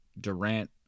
Durant